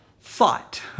thought